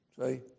See